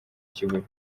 kibuye